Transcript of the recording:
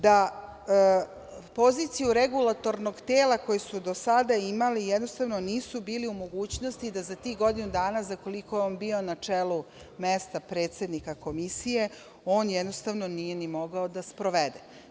Da poziciju regulatornog tela koji su do sada imali, jednostavno nisu bili u mogućnosti da za tih godinu dana za koliko je on bio na čelu mesta predsednika komisije, on jednostavno nije ni mogao da sprovede.